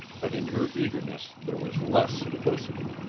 but in her eagerness there was less simplicity.